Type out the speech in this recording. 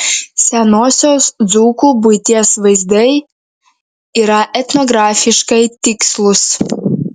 senosios dzūkų buities vaizdai yra etnografiškai tikslūs